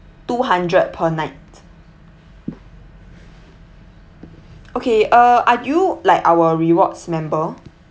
two hundred per night okay uh are you like our rewards member